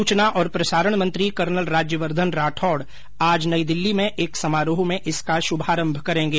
सूचना और प्रसारण मंत्री कर्नल राज्यवर्धन राठौड़ आज नई दिल्ली में एक समारोह में इसका शुभारंभ करेंगे